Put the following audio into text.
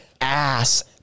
ass